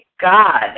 God